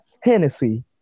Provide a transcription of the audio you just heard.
Hennessy